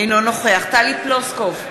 אינו נוכח טלי פלוסקוב,